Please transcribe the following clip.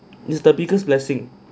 its biggest blessing